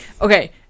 Okay